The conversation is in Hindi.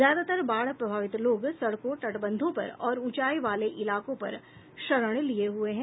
ज्यादातर बाढ़ प्रभावित लोग सड़कों तटबंधों पर और ऊंचाई वाले इलाकों पर शरण लिये हुए हैं